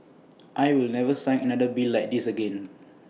I will never sign another bill like this again